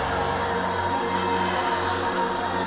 oh